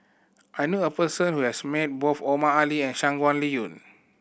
I know a person who has met both Omar Ali and Shangguan Liuyun